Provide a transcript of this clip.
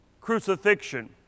crucifixion